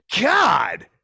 God